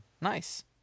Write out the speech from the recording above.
Nice